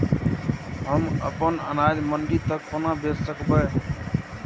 हम अपन अनाज मंडी तक कोना भेज सकबै?